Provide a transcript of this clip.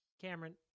Cameron